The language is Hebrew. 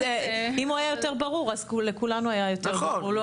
אם הוא היה יותר ברור אז לכולנו היה יותר ברור.